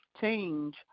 change